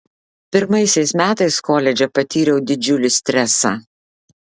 pirmaisiais metais koledže patyriau didžiulį stresą